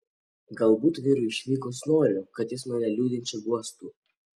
galbūt vyrui išvykus noriu kad jis mane liūdinčią guostų